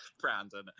Brandon